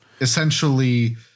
essentially